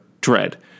dread